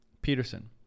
Peterson